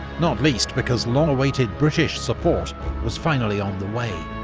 not least because long-awaited british support was finally on the way,